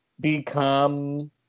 become